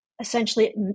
essentially